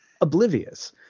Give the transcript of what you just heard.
oblivious